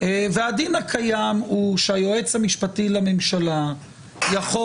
והדין הקיים הוא שהיועץ המשפטי לממשלה יכול